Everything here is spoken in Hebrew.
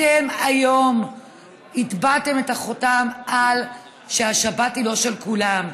אתם היום הטבעתם את החותם שהשבת היא לא של כולנו.